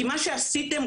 מה שעשיתם,